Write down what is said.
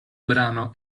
brano